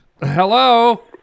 Hello